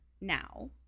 now